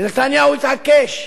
ונתניהו התעקש,